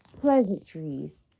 Pleasantries